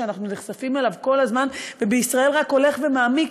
שאנחנו נחשפים אליו כל הזמן ובישראל רק הולך ומעמיק.